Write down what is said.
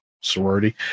sorority